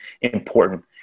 important